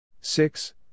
Six